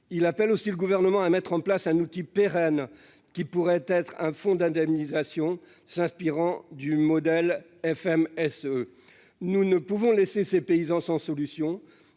il appelle aussi le gouvernement à mettre en place un outil pérenne qui pourrait être un fonds d'indemnisation s'inspirant du modèle FM est-ce nous ne pouvons laisser ces paysans sans solution,